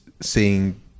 seeing